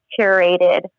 curated